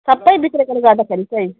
सबै बिग्रेकोले गर्दा फेरि चाहिँ